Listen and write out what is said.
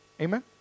Amen